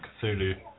Cthulhu